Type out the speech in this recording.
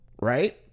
right